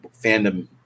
fandom